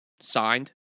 signed